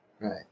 Right